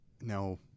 No